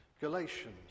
Galatians